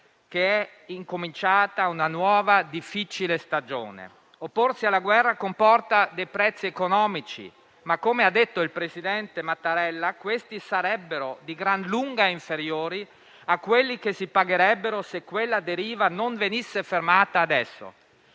che è incominciata una nuova, difficile stagione. Opporsi alla guerra comporta costi economici, ma, come ha detto il presidente Mattarella, questi sarebbero di gran lunga inferiori a quelli che si pagherebbero se quella deriva non venisse fermata adesso.